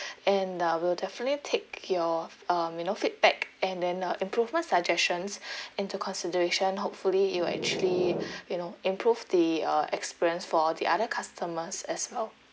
and uh we'll definitely take your um you know feedback and then uh improvement suggestions into consideration hopefully it'll actually you know improve the uh experience for the other customers as well